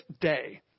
day